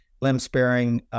limb-sparing